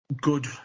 good